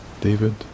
David